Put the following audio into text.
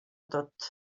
tot